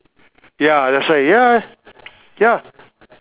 ya that's why ya ya